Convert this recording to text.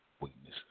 weakness